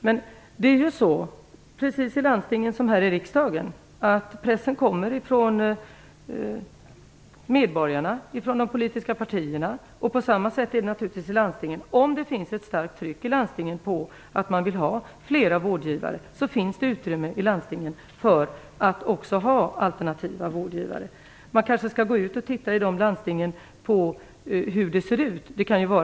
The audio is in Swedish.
Men i landstingen, precis som här i riksdagen, kommer ju pressen från medborgarna och de politiska partierna. Om det finns ett starkt tryck i landstingen och en vilja att ha flera vårdgivare finns det ett utrymme där att också ha alternativa vårdgivare. Man skall kanske se hur det ser ut i landstingen.